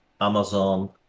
amazon